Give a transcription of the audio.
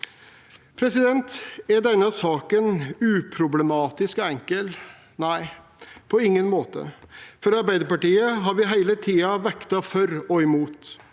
i loven. Er denne saken uproblematisk og enkel? Nei, på ingen måte. I Arbeiderpartiet har vi hele tiden vektet for og imot.